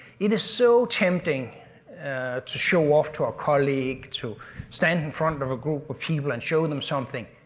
it is so tempting to show off to our colleague, to stand in front of a group of people and show them something.